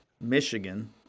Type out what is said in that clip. Michigan